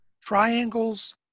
triangles